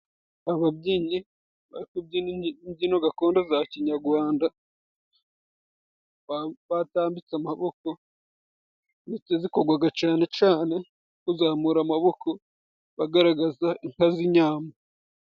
Ababyinnyi bari kubyina imbyino gakondo za kinyarwanda, batambitse amaboko, ndetse zikorwa cyane cyane kuzamura amaboko, bagaragaza inka z'inyambo.